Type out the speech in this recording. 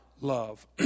Love